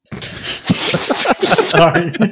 Sorry